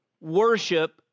worship